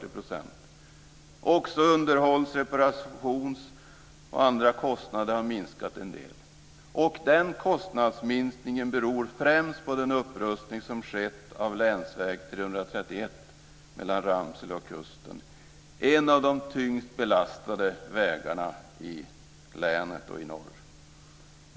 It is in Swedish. Också underhålls och reparationskostnader och andra kostnader har minskat en del. Den kostnadsminskningen beror främst på den upprustning som skett av länsväg 331 mellan Ramsele och kusten. Det är en av de tyngst belastade vägarna i länet och i norr.